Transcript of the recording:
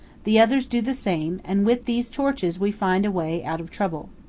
the others do the same, and with these torches we find a way out of trouble.